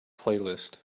playlist